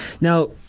Now